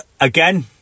again